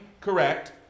correct